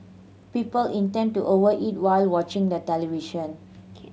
people intend to over eat while watching the television